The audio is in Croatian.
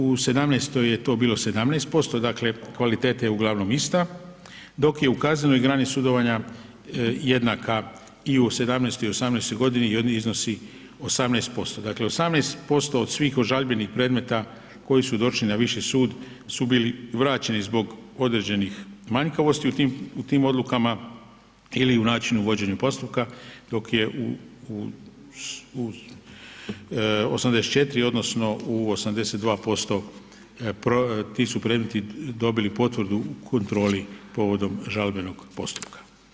U '17. je to bilo 17%, dakle kvaliteta je uglavnom ista, dok je u kaznenoj grani sudovanja jednaka i u '17. i u '18. godini i iznosi 18% Dakle, 18% od svih žalbeni predmeta koji su došli na viši sud su bili vraćeni zbog određene manjkavosti u tim odlukama ili u načinu vođenja postupka, dok je u 84 odnosno u 82% ti su predmeti dobili potvrdu u kontroli povodom žalbenog postupka.